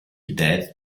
death